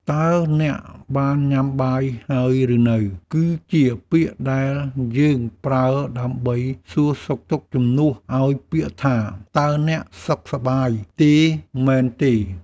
តើអ្នកបានញ៉ាំបាយហើយឬនៅ គឺជាពាក្យដែលយើងប្រើដើម្បីសួរសុខទុក្ខជំនួសឱ្យពាក្យថា តើអ្នកសុខសប្បាយទេមែនទេ?